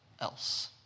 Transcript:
else